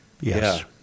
Yes